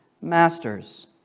Masters